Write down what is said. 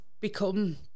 become